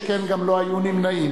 שכן גם לא היו נמנעים.